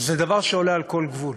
זה דבר שעובר כל גבול.